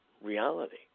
reality